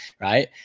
right